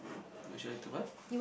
would you like to what